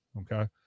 okay